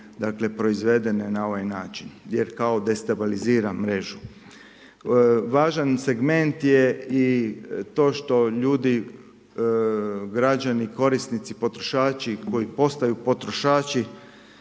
dakle proizvedene na ovaj način jer kao destabilizira mrežu. Važan segment je i to što ljudi, građani, korisnici, potrošači koji postaju potrošači